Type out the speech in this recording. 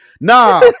nah